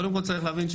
קודם כל צריך להבין,